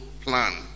plan